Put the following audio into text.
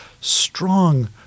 Strong